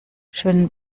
schönen